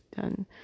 done